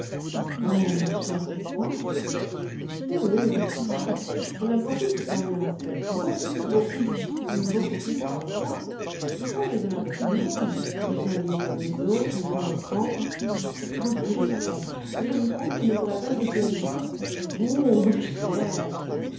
oh ma chère tu crois oui oui j'en suis sûre il y en a beaucoup de cette dernière espèce beaucoup beaucoup beaucoup plus qu'on ne croit oh ils ont l'air de tout le monde ils sont habillés comme les autres ils font les paons quand je dis les paons je me trompe ils ne pourraient pas se déployer oh ma chère